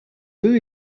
œufs